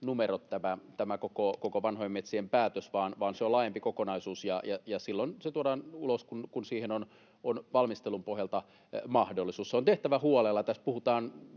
että siinä olisi vain tietyt numerot, vaan se on laajempi kokonaisuus, ja se tuodaan silloin ulos, kun siihen on valmistelun pohjalta mahdollisuus. Se on tehtävä huolella,